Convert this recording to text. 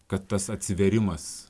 kad tas atsivėrimas